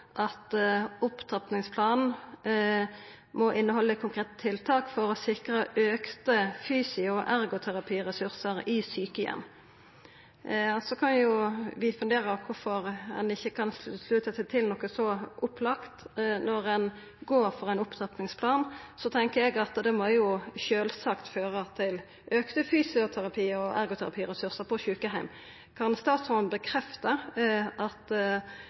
at opptrappingsplanen må innehalda «konkrete tiltak for å sikre økte fysio- og ergoterapiressurser i sykehjem». Så kan ein jo fundera over kvifor ein ikkje kan slutta seg til noko så opplagt. Når ein går for ein opptrappingsplan, tenkjer eg at det sjølvsagt må føra til auka fysioterapi- og ergoterapiressursar på sjukeheim. Kan statsråden bekrefta at han vil sikra auka fysioterapi- og ergoterapiressursar, eller meiner han at